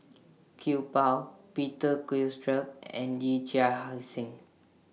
Iqbal Peter Gilchrist and Yee Chia Hsing